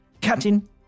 Captain